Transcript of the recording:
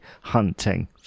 hunting